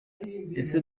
ese